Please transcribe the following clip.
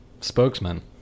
spokesman